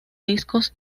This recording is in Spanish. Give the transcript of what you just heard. discos